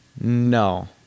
No